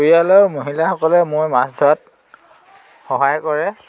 পৰিয়ালৰ মহিলাসকলে মই মাছ ধৰাত সহায় কৰে